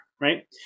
right